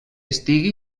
estigui